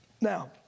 Now